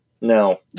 no